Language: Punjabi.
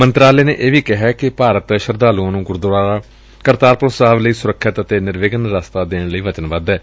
ਮੰਤਰਾਲੇ ਨੇ ਇਹ ਵੀ ਕਿਹੈ ਕਿ ਭਾਰਤ ਸ਼ਰਧਾਲੂਆਂ ਨੂੰ ਗੁਰਦੁਆਰਾ ਕਰਤਾਰਪੁਰ ਸਾਹਿਬ ਲਈ ਸੁਰੱਖਿਅਤ ਅਤੇ ਨਿਰਵਿਘਨ ਰਸਤਾ ਦੇਣ ਲਈ ਵਚਨਬੱਧ ਏ